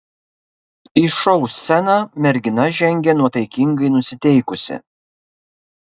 į šou sceną mergina žengė nuotaikingai nusiteikusi